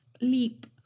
leap